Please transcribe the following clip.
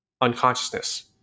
unconsciousness